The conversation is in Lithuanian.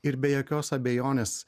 ir be jokios abejonės